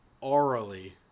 Orally